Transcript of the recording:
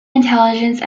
intelligence